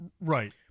Right